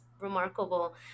remarkable